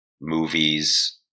movies